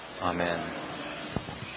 Amen